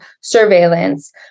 surveillance